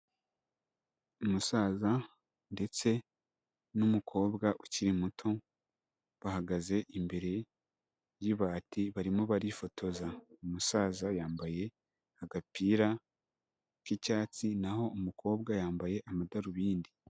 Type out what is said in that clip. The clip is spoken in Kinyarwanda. Umusaza ndetse n'umukobwa ukiri muto bahagaze imbere y'ibati, barimo barifotoza. Umusaza yambaye agapira k'icyatsi naho umukobwa yambaye amadarubindi.